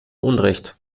unrecht